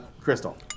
Crystal